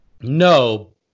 No